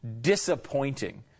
disappointing